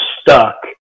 stuck